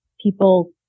people